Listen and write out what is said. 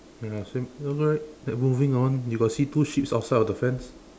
ya same also right moving on you got see two sheep outside of the fence